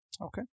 Okay